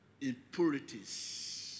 impurities